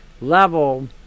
level